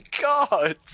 God